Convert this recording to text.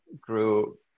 grew